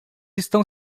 estão